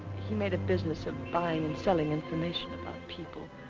he made a business of buying and selling information about people.